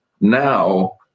now